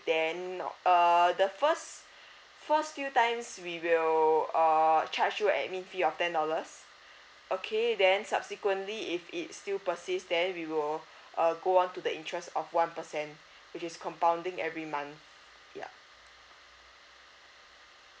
then err the first first few times we will err charge you admin fee of ten dollars okay then subsequently if it still persist then we will err go on to the interest of one percent which is compounding every month yup